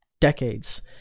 decades